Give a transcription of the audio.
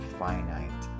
finite